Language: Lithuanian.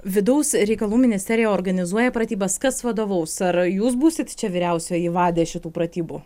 vidaus reikalų ministerija organizuoja pratybas kas vadovaus ar jūs būsit čia vyriausioji vadė šitų pratybų